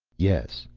yes,